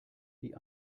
die